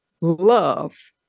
love